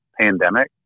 pandemic